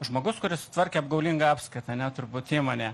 žmogus kuris tvarkė apgaulingą apskaitą ane turbūt įmonę